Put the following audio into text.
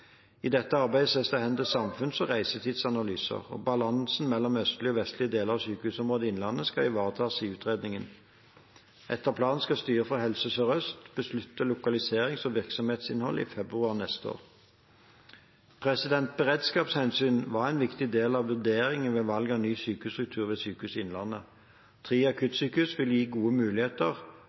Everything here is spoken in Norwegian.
I dette arbeidet ses det hen til samfunns- og reisetidsanalyser. Balansen mellom østlige og vestlige deler av sykehusområdet Innlandet skal ivaretas i utredningen. Etter planen skal styret for Helse Sør-Øst beslutte lokalisering og virksomhetsinnhold i februar neste år. Beredskapshensyn var en viktig del av vurderingen ved valg av ny sykehusstruktur ved Sykehuset Innlandet. Tre sykehus vil gi gode muligheter